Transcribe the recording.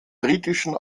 britischen